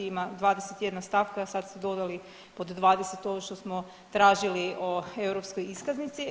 Ima 21 stavka, sad su dodali pod 20-tu ono što smo tražili o europskoj iskaznici.